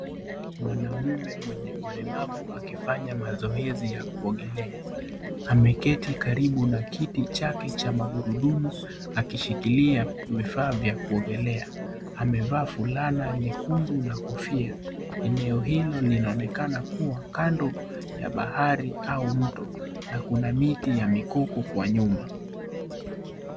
Mwanamume mwenye ulemavu akifanya mazoezi ya kuogelea. Ameketi karibu na kiti chake cha magurudumu, akishikilia vifaa vya kuogelea. Amevaa fulana nyekundu na kofia. Eneo hilo linaonekana kuwa kando ya bahari au mto, na kuna miti ya mikoko kwa nyuma.